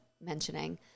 mentioning